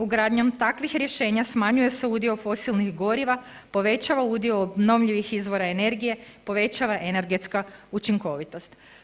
Ugradnjom takvih rješenja smanjuje se udio fosilnih goriva, povećava udio obnovljivih izvora energije, povećava energetska učinkovitost.